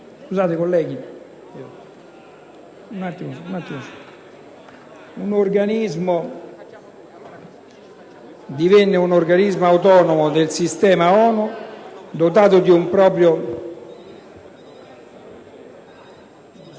un organismo autonomo del sistema ONU, dotato di un proprio